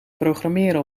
programmeren